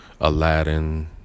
Aladdin